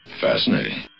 Fascinating